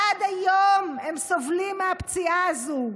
עד היום הם סובלים מהפציעה הזאת,